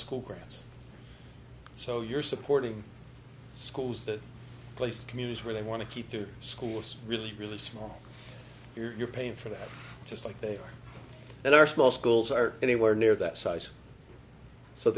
school grads so you're supporting schools that place communities where they want to keep the schools really really small you're paying for that just like they are in our small schools are anywhere near that size so